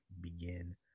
begin